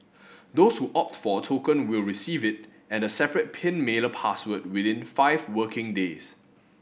those who opt for a token will receive it and a separate pin mailer password within five working days